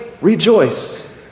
rejoice